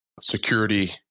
security